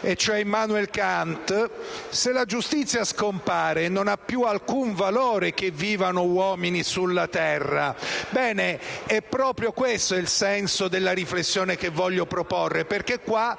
e cioè Immanuel Kant: «Se la giustizia scompare, non ha più alcun valore che vivano uomini sulla terra». È proprio questo il senso della riflessione che voglio proporre perché qua,